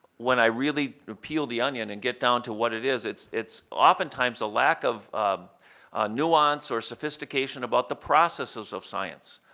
when i really peel the onion and get down to what it is, it's it's oftentimes a lack of nuance or sophistication about the processes of science.